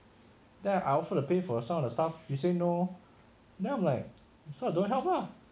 then I also want to pay for some of the stuff you say no then I'm like so don't want help lah